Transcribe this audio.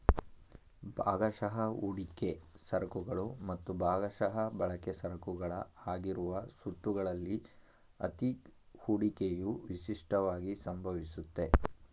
ಭಾಗಶಃ ಹೂಡಿಕೆ ಸರಕುಗಳು ಮತ್ತು ಭಾಗಶಃ ಬಳಕೆ ಸರಕುಗಳ ಆಗಿರುವ ಸುತ್ತುಗಳಲ್ಲಿ ಅತ್ತಿ ಹೂಡಿಕೆಯು ವಿಶಿಷ್ಟವಾಗಿ ಸಂಭವಿಸುತ್ತೆ